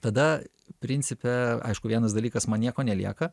tada principe aišku vienas dalykas man nieko nelieka